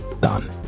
Done